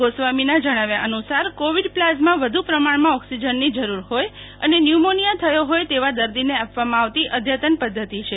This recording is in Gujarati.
ગોસ્વામીના જણાવ્યા અનુસાર કોવીડ પ્લાઝમા વધુ પ્રમાણમાં ઓક્સિજનની જરૂર હોથ અને ન્યુમોનિયા થયો હોય તેવા દર્દીને આપવામાં આવતી અદ્યતન પદ્વતિ છે